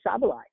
Sabalai